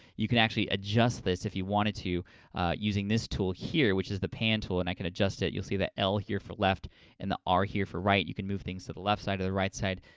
you can actually adjust this if you wanted to using this tool, here, which is the pan tool and i can adjust it. you'll see the l, here, for left and the r, here, for right. you can move things to the left side or the right side.